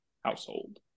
household